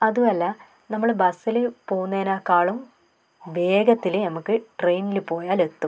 അതുമല്ല നമ്മൾ ബസ്സിൽ പോകുന്നതിനേക്കാളും വേഗത്തിൽ ഞമക്ക് ട്രെയിനിൽ പോയാൽ എത്തും